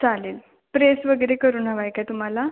चालेल प्रेस वगैरे करून हवा आहे काय तुम्हाला